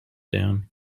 down